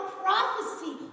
prophecy